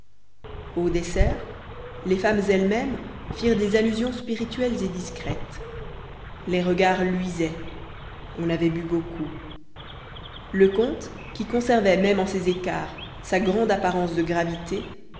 au dessert les femmes elles-mêmes firent des allusions spirituelles et discrètes les regards luisaient on avait bu beaucoup le comte qui conservait même en ses écarts sa grande apparence de gravité